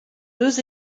deux